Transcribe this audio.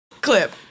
Clip